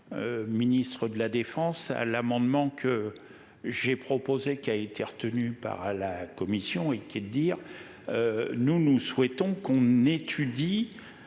Ministre de la Défense à l'amendement que j'ai proposé, qui a été retenu par la commission et qui est de dire. Nous, nous souhaitons qu'on étudie